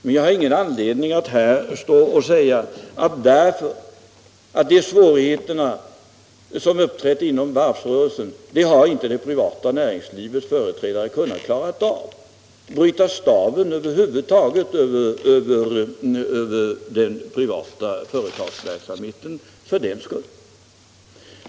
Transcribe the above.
Men jag har ingen anledning att här säga att eftersom svårigheter har uppträtt inom varvsnäringen, och som det privata näringslivets företrädare inte kunnat klara av, bryter vi för den skull staven över den privata företagsamheten över huvud taget.